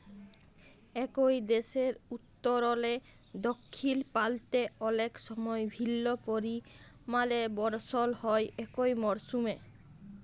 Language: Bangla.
একই দ্যাশের উত্তরলে দখ্খিল পাল্তে অলেক সময় ভিল্ল্য পরিমালে বরসল হ্যয় একই মরসুমে